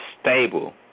stable